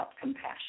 compassion